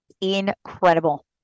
Incredible